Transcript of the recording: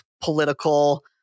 political